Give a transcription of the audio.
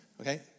Okay